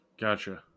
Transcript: Gotcha